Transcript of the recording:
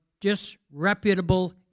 disreputable